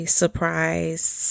surprise